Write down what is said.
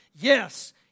Yes